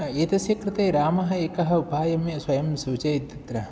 एतस्य कृते रामः एकः उपायं ये स्वयं सूचयति तत्र